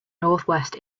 northwest